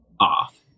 off